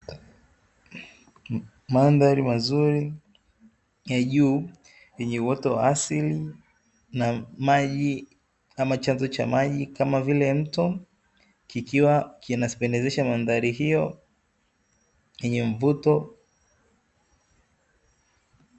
Mandhari mazuri ya juu yenye uoto wa asili na maji ama chanzo cha maji kama vile mto, kikiwa kinapendezesha mandhari hiyo yenye mvuto.